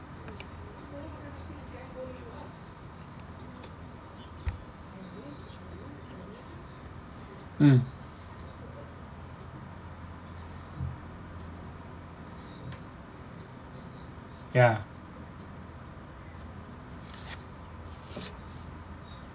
mm ya